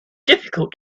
difficult